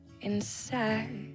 Inside